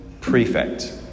prefect